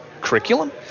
curriculum